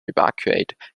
evacuate